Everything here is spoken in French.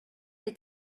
est